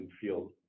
feel